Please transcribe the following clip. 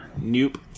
Nope